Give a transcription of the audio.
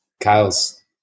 Kyle's